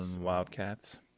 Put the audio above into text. wildcats